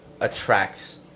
attracts